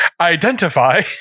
identify